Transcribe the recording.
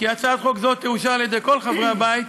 כי הצעת חוק זו תאושר על-ידי כל חברי הבית,